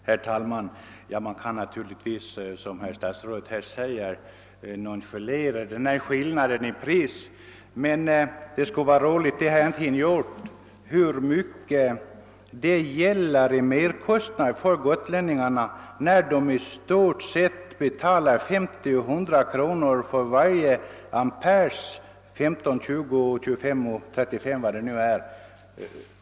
Herr talman! Man kan naturligtvis liksom statsrådet nonchalera prisskillnaden, men det skulle vara intressant att ta reda på, vilket jag för min del inte gjort, hur mycket det blir i merkostnad för gotlänningarna, eftersom de betalar 50—100 kronor för varje ampere — 15, 20, 25, 35 ampere eller vad det nu är.